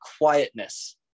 quietness